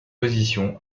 position